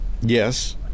yes